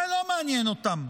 זה לא מעניין אותם,